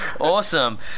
awesome